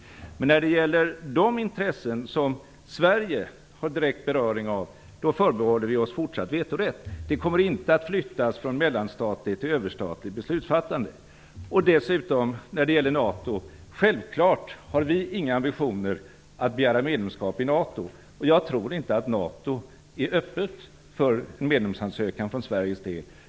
Men när det gäller de intressen som Sverige har direkt beröring med, förbehåller vi oss fortsatt vetorätt. Vi kommer inte att gå över från mellanstatligt till överstatligt beslutfattande. Vi har självklart inga ambitioner att begära medlemskap i NATO. Jag tror inte att NATO är öppet för en medlemsansökan från Sverige.